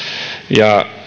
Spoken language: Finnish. ja